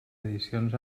edicions